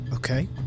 Okay